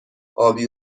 آبی